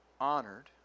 honored